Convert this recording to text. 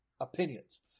opinions